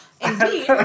Indeed